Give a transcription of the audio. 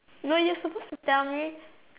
no you're supposed to tell me